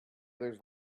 others